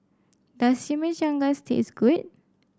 Does Chimichangas taste good